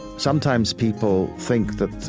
sometimes people think that,